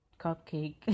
Cupcake